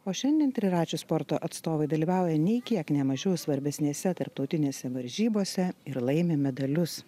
o šiandien triračių sporto atstovai dalyvauja nei kiek ne mažiau svarbesnėse tarptautinėse varžybose ir laimi medalius